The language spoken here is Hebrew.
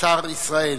שר ישראל.